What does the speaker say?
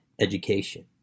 education